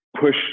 push